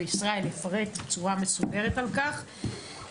וישראל יפרט בצורה מסודרת על כך.